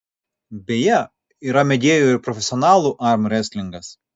beje yra mėgėjų ir profesionalų armrestlingas